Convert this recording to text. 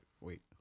wait